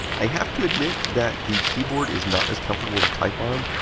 i have to admit that the keyboard is not as comfortable to type on.